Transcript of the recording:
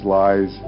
lies